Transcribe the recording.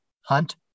Hunt